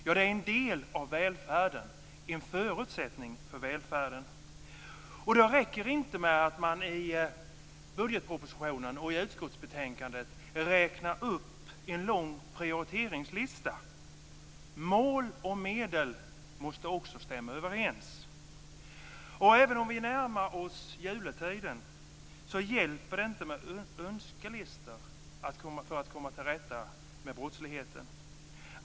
Ja, det är en del av välfärden och en förutsättning för välfärden. Då räcker det inte med att i budgetpropositionen och i utskottsbetänkandet räkna upp en lång prioriteringslista. Mål och medel måste också stämma överens. Även om vi närmar oss juletiden hjälper det inte med önskelistor för att komma till rätta med brottsligheten.